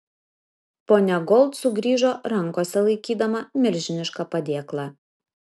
ponia gold sugrįžo rankose laikydama milžinišką padėklą